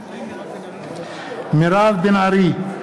נגד מירב בן ארי,